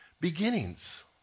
beginnings